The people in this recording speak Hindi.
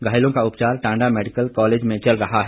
घायलों का उपचार टांडा मैडिकल कॉलेज में चल रहा है